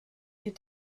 die